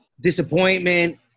disappointment